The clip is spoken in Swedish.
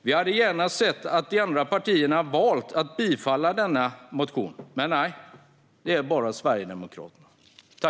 Vi hade gärna sett att även de andra partierna hade yrkat bifall till denna motion, men nej, det gör bara Sverigedemokraterna.